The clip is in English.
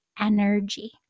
energy